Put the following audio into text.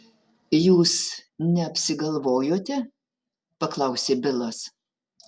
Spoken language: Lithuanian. jūs neapsigalvojote paklausė bilas